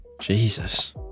Jesus